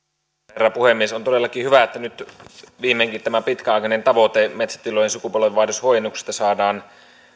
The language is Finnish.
herra puhemies on todellakin hyvä että nyt viimeinkin tämä pitkäaikainen tavoite metsätilojen sukupolvenvaihdoshuojennuksesta saadaan